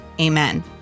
amen